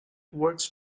works